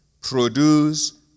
produce